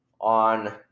on